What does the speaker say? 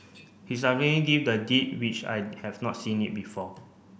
he gave the Deed which I had not seen it before